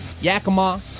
Yakima